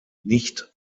nicht